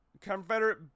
Confederate